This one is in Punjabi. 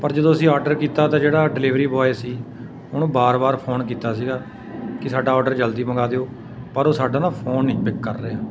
ਪਰ ਜਦੋਂ ਅਸੀਂ ਆਡਰ ਕੀਤਾ ਤਾਂ ਜਿਹੜਾ ਡਿਲੀਵਰੀ ਬੋਆਏ ਸੀ ਉਹਨੂੰ ਵਾਰ ਵਾਰ ਫੋਨ ਕੀਤਾ ਸੀਗਾ ਕਿ ਸਾਡਾ ਔਡਰ ਜਲਦੀ ਮੰਗਾ ਦਿਉ ਪਰ ਉਹ ਸਾਡਾ ਨਾ ਫੋਨ ਨਹੀਂ ਪਿੱਕ ਕਰ ਰਿਹਾ